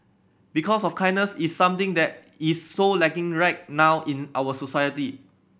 because of kindness is something that is so lacking right now in our society